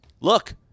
look